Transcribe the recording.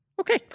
okay